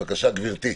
בבקשה, גברתי.